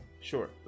sure